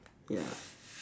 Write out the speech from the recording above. ya